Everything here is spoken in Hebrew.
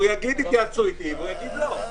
הוא יגיד: תתייעצו אתי והוא יגיד לא,